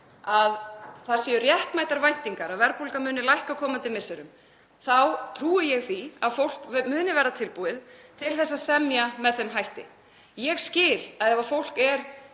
að það séu réttmætar væntingar um að verðbólga muni lækka á komandi misserum þá trúi ég því að fólk muni verða tilbúið til að semja með þeim hætti. Ég skil að ef fólk er